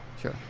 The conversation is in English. Sure